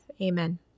Amen